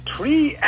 Three